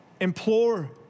implore